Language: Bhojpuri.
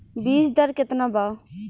बीज दर केतना बा?